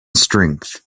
strength